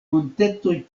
montetoj